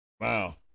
Wow